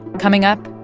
coming up,